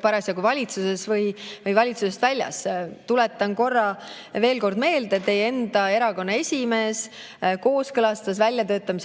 parasjagu valitsuses või valitsusest väljas. Tuletan korra veel meelde, et teie enda erakonna esimees kooskõlastas väljatöötamiskavatsuse